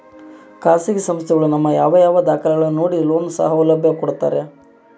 ಖಾಸಗಿ ಸಂಸ್ಥೆಗಳು ನಮ್ಮ ಯಾವ ಯಾವ ದಾಖಲೆಗಳನ್ನು ನೋಡಿ ಲೋನ್ ಸೌಲಭ್ಯ ಕೊಡ್ತಾರೆ?